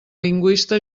lingüista